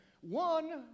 one